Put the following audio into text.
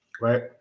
Right